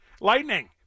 Lightning